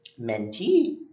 mentee